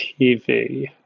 TV